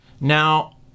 Now